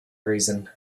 reason